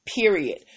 period